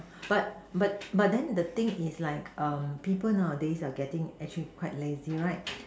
but but but then the thing is like um people are on this getting actually quite lazy right